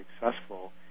successful